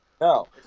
No